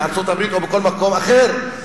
בארצות-הברית או בכל מקום אחר,